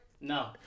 No